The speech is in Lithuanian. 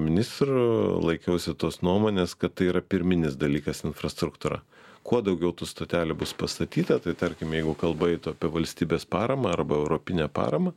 ministru laikausi tos nuomonės kad tai yra pirminis dalykas infrastruktūra kuo daugiau tų stotelių bus pastatyta tai tarkim jeigu kalba eitų apie valstybės paramą arba europinę paramą